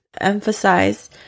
emphasize